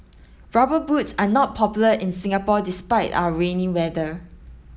rubber boots are not popular in Singapore despite our rainy weather